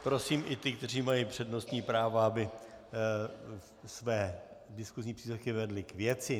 Prosím i ty, kteří mají přednostní právo, aby své diskusní příspěvky vedli k věci.